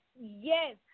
Yes